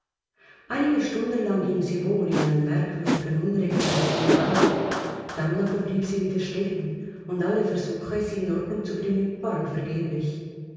einige stunden lang ging sie wohl in einem merkwürdigen unregelmäßigen gang dann aber blieb sie wieder stehen und alle versuche sie in ordnung zu bringen waren vergeblich